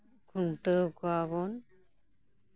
ᱠᱷᱩᱱᱴᱟᱹᱣ ᱠᱚᱣᱟ ᱵᱚᱱ